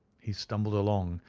he stumbled along,